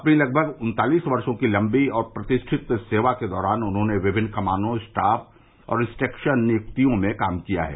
अपनी लगभग उन्तालीस वर्षो की लंबी और प्रतिष्ठित सेवा के दौरान उन्होंने विभिन्न कमानों स्टाफ और इन्सट्रेक्शन नियुक्तियों में कार्य किया है